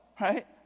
right